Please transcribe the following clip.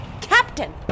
Captain